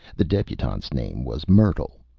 the debutante's name was myrtle.